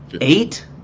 eight